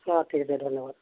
অঁ ঠিক আছে ধন্যবাদ